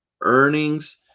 earnings